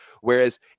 Whereas